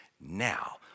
Now